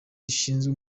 rishinzwe